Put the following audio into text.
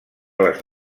les